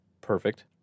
perfect